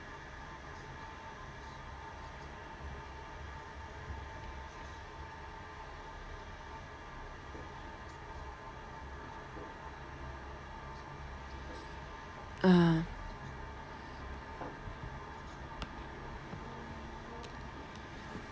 ah